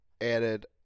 added